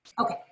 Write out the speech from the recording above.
Okay